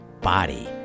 body